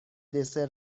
دسر